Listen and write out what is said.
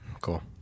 Cool